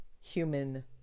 human